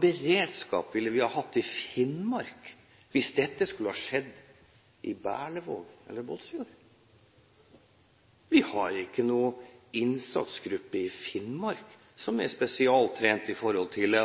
beredskap ville vi ha hatt i Finnmark hvis dette skulle skjedd i Berlevåg eller i Båtsfjord? Vi har ikke noen innsatsgruppe i Finnmark som er spesialtrent til å